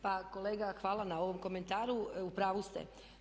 Pa kolega hvala na ovom komentaru, u pravu ste.